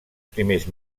primers